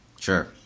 Sure